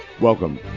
Welcome